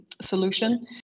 solution